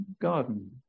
garden